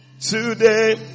today